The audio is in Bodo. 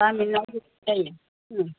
गामिना गोथाव जायो उम